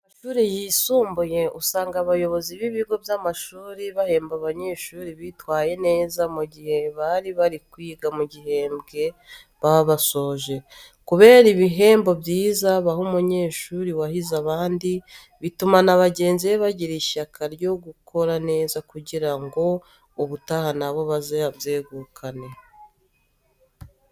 Mu mashuri yisumbuye usanga abayobozi b'ibigo by'amashuri bahemba abanyeshuri bitwaye neza mu gihe bari bari kwiga mu gihembwe baba basoje. Kubera ibihembo byiza baha umunyeshuri wahize abandi, bituma na bagenzi be bagira ishyaka ryo gukora neza kugira ngo ubutaha na bo bazabyegukane.